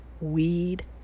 Weed